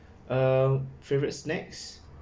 uh favourite snacks